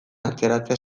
atzeratzea